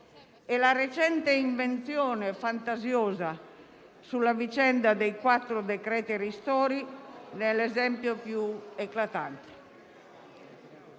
E la recente invenzione, fantasiosa, sulla vicenda dei quattro decreti ristori ne è l'esempio più eclatante.